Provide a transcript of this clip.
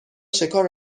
شکار